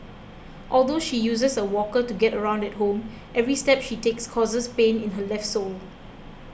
although she uses a walker to get around at home every step she takes causes pain in her left sole